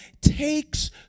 takes